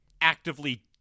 actively